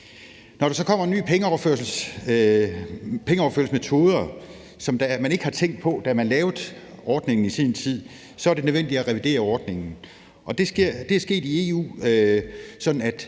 Når der så kommer nye pengeoverførselsmetoder, som man ikke har tænkt på, da man i sin tid lavede ordningen, er det nødvendigt at revidere ordningen, og det er sket i EU, sådan at